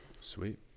Sweet